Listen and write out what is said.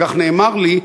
כך נאמר לי,